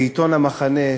בעיתון "במחנה",